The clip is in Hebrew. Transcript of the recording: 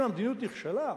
אם המדיניות נכשלה,